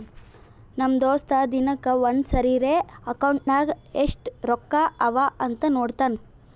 ನಮ್ ದೋಸ್ತ ದಿನಕ್ಕ ಒಂದ್ ಸರಿರೇ ಅಕೌಂಟ್ನಾಗ್ ಎಸ್ಟ್ ರೊಕ್ಕಾ ಅವಾ ಅಂತ್ ನೋಡ್ತಾನ್